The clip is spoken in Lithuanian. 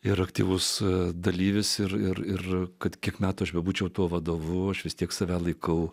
ir aktyvus dalyvis ir ir ir kad kiek metų aš bebūčiau tuo vadovu aš vis tiek save laikau